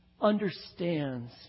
understands